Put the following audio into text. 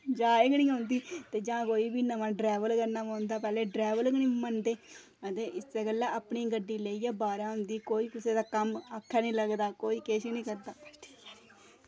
जाच गै निं औंदी जां कोई नमां डरैबर करना पौंदा पैह्लें डरैबर गै निं मनदे ते इस्सै गल्ला अपनी गड्डी लेइयै बारै होंदी कोई आक्खै निं लगदा कोई किश बी निं करदा